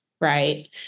Right